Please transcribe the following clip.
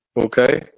Okay